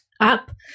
up